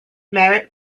merritt